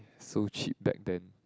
so cheap back then